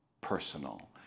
Personal